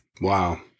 Wow